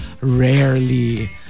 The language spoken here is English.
rarely